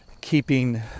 keeping